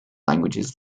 languages